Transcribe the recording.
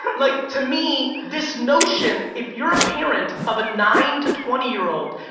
like to me, this notion, if you're a parent of a nine to twenty year old,